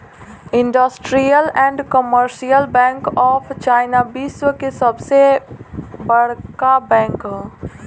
industrial and commercial bank of China विश्व की सबसे बड़का बैंक ह